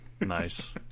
Nice